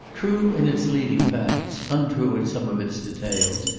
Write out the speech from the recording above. true in its leading facts untrue in some of its details,